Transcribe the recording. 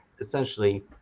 essentially